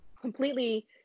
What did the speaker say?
completely